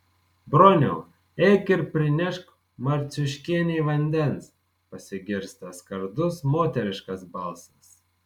broniau eik ir prinešk marciuškienei vandens pasigirsta skardus moteriškas balsas